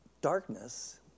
Darkness